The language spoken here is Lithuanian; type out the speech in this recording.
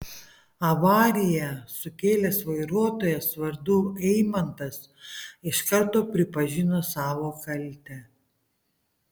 avariją sukėlęs vairuotojas vardu eimantas iš karto pripažino savo kaltę